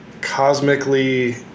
cosmically